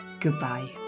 goodbye